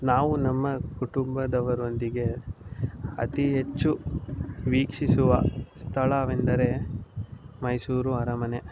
ನಾವು ನಮ್ಮ ಕುಟುಂಬದವರೊಂದಿಗೆ ಅತಿ ಹೆಚ್ಚು ವೀಕ್ಷಿಸುವ ಸ್ಥಳವೆಂದರೆ ಮೈಸೂರು ಅರಮನೆ